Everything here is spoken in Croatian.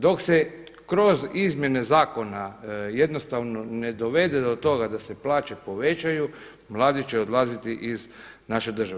Dok se kroz izmjene zakona jednostavno ne dovede do toga da se plaće povećaju, mladi će odlaziti iz naše države.